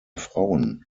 frauen